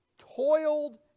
Toiled